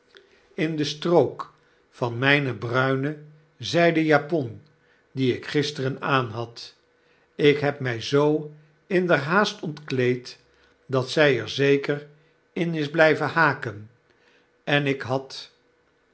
in de strook van mijne bruine zyden japon die ik gisteren aanhad ik heb mij zoo inderhaast ontkleed dat zij er zeker in is bljjven haken en ik had